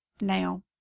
now